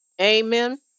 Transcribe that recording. Amen